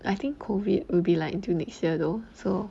I think COVID will be like till next year though so